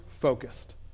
focused